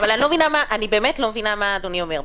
אני באמת לא מבינה מה אדוני אומר.